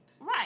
Right